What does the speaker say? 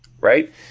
Right